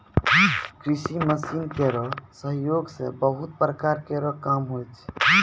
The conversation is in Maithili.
कृषि मसीन केरो सहयोग सें बहुत प्रकार केरो काम होय छै